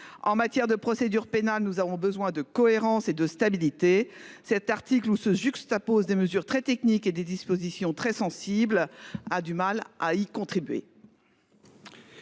En matière de procédure pénale, nous avons besoin de cohérence et de stabilité. Cet article, où se juxtaposent des mesures très techniques et des dispositions très sensibles, a du mal à y contribuer.